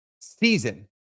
season